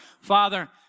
Father